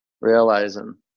realizing